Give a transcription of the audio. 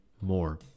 more